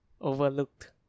overlooked